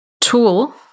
tool